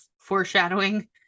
foreshadowing